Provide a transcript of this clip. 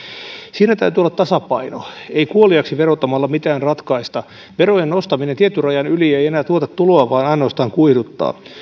siinä täytyy olla tasapainoa ei kuoliaaksi verottamalla mitään ratkaista verojen nostaminen tietyn rajan yli ei enää tuota tuloa vaan ainoastaan kuihduttaa